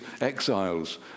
exiles